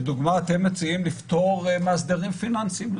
לדוגמה, אתם מציעים לפטור מהסדרים פיננסיים.